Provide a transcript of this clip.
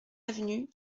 avenue